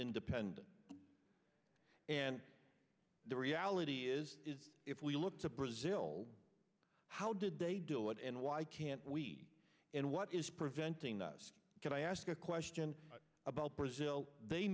independent and the reality is if we look to brazil how did they do it and why can't we and what is preventing us can i ask a question about brazil they